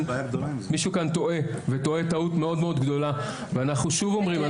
מישהו כאן טועה וטועה טעות מאוד מאוד גדולה ואנחנו שוב אומרים,